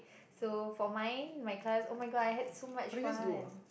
so for mine my class oh-my-god I had so much fun